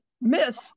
miss